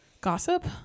Gossip